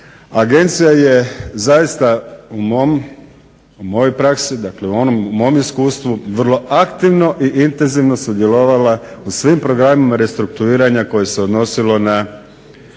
Agencija je zaista u mojoj praksi, dakle u onom mom iskustvu vrlo aktivno i intenzivno sudjelovala u svim programima restrukturiranja koje se odnosilo na